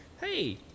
Hey